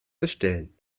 bestellen